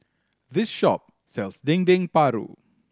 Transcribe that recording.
this shop sells Dendeng Paru